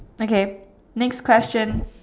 okay next question